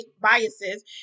biases